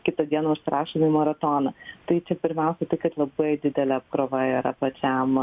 kitą dieną užsirašom į maratoną tai čia pirmiausiai tai kad labai didelė apkrova yra pačiam